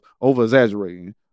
over-exaggerating